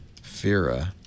Fira